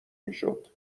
میشد